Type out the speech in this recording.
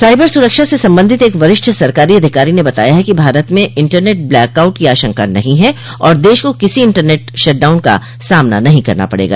cyber सुरक्षा से संबंधित एक वरिष्ठ सरकारी अधिकारी ने बताया है कि भारत में इंटरनेट ब्लैक आउट की आशंका नहीं है और देश को किसी इंटरनेट शट डाउन का सामना नहीं करना पड़ेगा